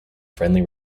friendly